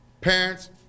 Parents